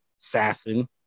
assassin